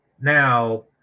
Now